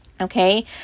Okay